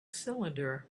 cylinder